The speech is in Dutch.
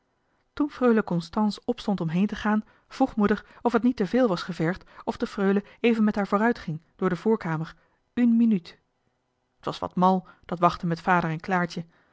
toen freule constance opstond om heen te gaan vroeg moeder of het niet te veel was gevergd of de freule even met haar vooruitging door de voorkamer une minute t was wat mal dat wachten met vader en claartje